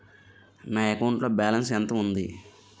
నా అకౌంట్ లో బాలన్స్ ఎంత ఉంది?